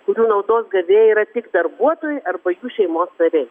kurių naudos gavėjai yra tik darbuotojai arba jų šeimos nariai